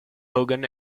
hogan